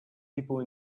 people